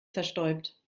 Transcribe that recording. zerstäubt